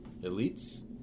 elites